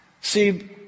See